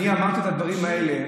אני אמרתי את הדברים האלה,